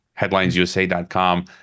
HeadlinesUSA.com